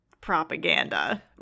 propaganda